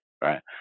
right